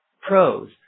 pros